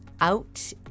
out